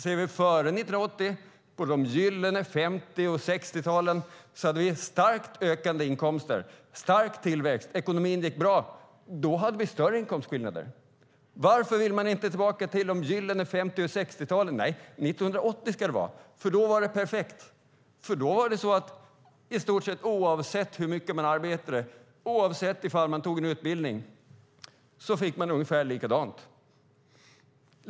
Före 1980, under de gyllene 50 och 60-talen, hade vi starkt ökande inkomster och stark tillväxt. Ekonomin gick bra. Då hade vi större inkomstskillnader. Varför vill man inte tillbaka till de gyllene 50 och 60-talen? Nej, 1980 ska det vara, för då var det perfekt. Då var det så att man i stort sett oavsett hur mycket man arbetade och oavsett om man genomgick en utbildning fick det ungefär likadant.